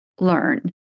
learn